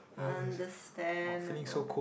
understandable